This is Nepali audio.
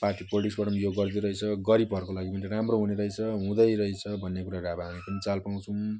पार्टी पोलिटिक्सबाट यो गरिदिइरहेछ गरिबहरूको लागि पनि राम्रो हुने रहेछ हुँदै रहेछ भन्ने कुराहरू अब हामी पनि चाल पाउँछौँ